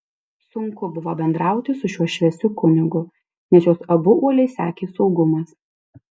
sunku buvo bendrauti su šiuo šviesiu kunigu nes juos abu uoliai sekė saugumas